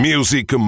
Music